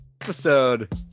episode